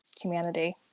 humanity